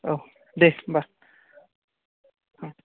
औ दे होम्बा औ